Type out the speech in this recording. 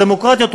דמוקרטיות,